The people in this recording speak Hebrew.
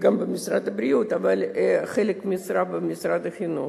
גם במשרד הבריאות, אבל חלק מהמשרה במשרד החינוך.